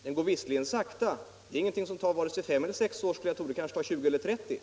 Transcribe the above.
Den går visserligen sakta — det här är ingenting som tar vare sig fem eller sex år, skulle jag tro, det kanske tar 20 eller 30 år.